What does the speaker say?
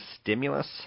stimulus